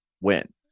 win